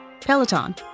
Peloton